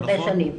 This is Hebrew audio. הרבה שנים.